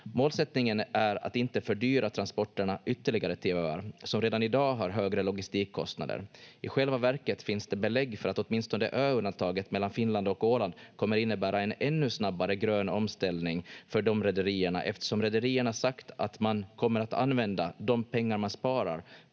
Målsättningen är att inte fördyra transporterna ytterligare till öar, som redan i dag har högre logistikkostnader. I själva verket finns det belägg för att åtminstone ö-undantaget mellan Finland och Åland kommer innebära en ännu snabbare grön omställning för de rederierna, eftersom rederierna sagt att man kommer att använda de pengar man sparar